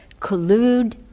collude